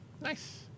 Nice